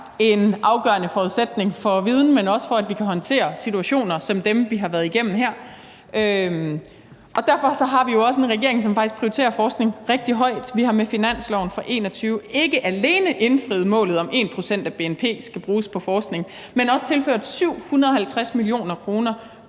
en afgørende forudsætning for viden, men også for, at vi kan håndtere situationer som dem, vi har været igennem her. Og derfor har vi jo også en regering, som faktisk prioriterer forskning rigtig højt. Vi har med finansloven for 2021 ikke alene indfriet målet om, at 1 pct. af bnp skal bruges på forskning, men også tilført 750 mio. kr.